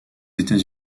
états